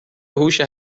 هوش